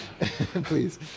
please